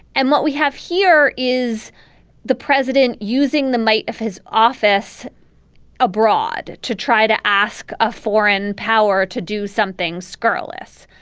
and what we have here is the president using the might of his office abroad to try to ask a foreign power to do something scurrilous.